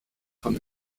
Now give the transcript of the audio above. von